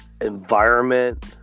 environment